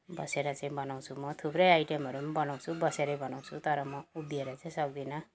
बसेर चाहिँ बनाउँछु म थुप्रै आइटमहरू पनि बनाउँछु बसेरै बनाउँछु तर म उभिएर चाहिँ सक्दिनँ